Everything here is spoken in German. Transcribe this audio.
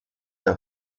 der